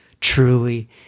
truly